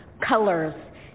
colors